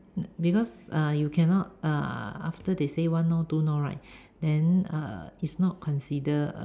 because uh you cannot uh after they say one no two no right then uh is not consider